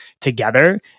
together